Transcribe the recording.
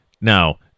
Now